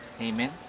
Amen